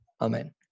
Amen